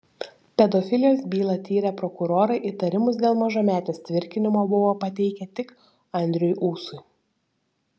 pedofilijos bylą tyrę prokurorai įtarimus dėl mažametės tvirkinimo buvo pateikę tik andriui ūsui